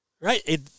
right